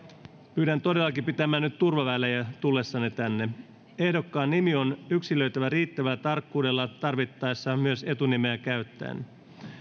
pyydän todellakin pitämään nyt turvavälejä tullessanne tänne ehdokkaan nimi on yksilöitävä riittävällä tarkkuudella tarvittaessa myös etunimeä käyttäen